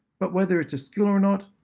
but whether it's a skill or not,